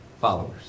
followers